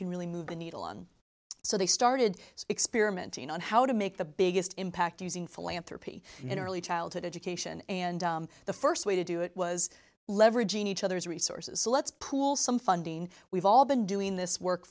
really move the needle on so they started experimenting on how to make the biggest impact using philanthropy in early childhood education and the first way to do it was leveraging each other's resources so let's pull some funding we've all been doing this work